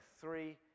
three